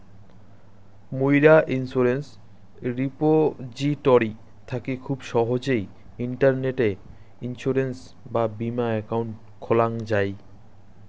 মুইরা insurance repository থাকি খুব সহজেই ইন্টারনেটে ইন্সুরেন্স বা বীমা একাউন্ট খোলাং যাই